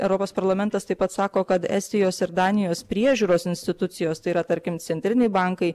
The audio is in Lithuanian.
europos parlamentas taip pat sako kad estijos ir danijos priežiūros institucijos tai yra tarkim centriniai bankai